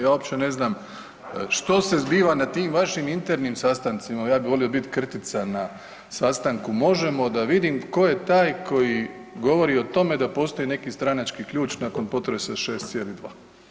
Ja uopće ne znam što se zbiva na tim vašim internim sastancima, ja bi volio bit krtica na sastanku Možemo da vidim tko je taj koji govorio o tome da postoji neki stranački ključ nakon potresa 6,2.